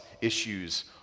issues